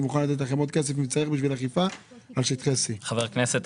אני מוכן לתת לכם עוד כסף אם צריך בשביל אכיפה בשטחי C. חבר הכנסת,